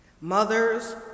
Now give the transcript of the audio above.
Mothers